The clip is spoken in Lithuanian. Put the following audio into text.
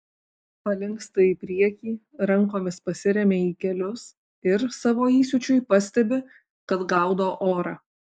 palinksta į priekį rankomis pasiremia į kelius ir savo įsiūčiui pastebi kad gaudo orą